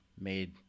made